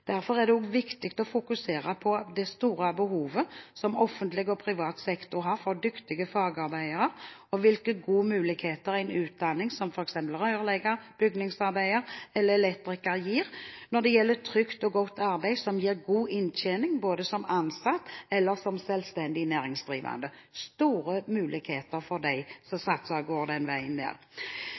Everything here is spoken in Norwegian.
Derfor er det også viktig å fokusere på det store behovet som offentlig og privat sektor har for dyktige fagarbeidere, og hvilke gode muligheter en utdanning som f.eks. rørlegger, bygningsarbeider eller elektriker gir når det gjelder trygt og godt arbeid som gir god inntjening både som ansatt og som selvstendig næringsdrivende – at det er store muligheter for dem som satser på å gå den veien.